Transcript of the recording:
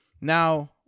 Now